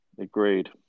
agreed